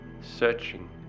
Searching